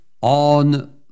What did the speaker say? on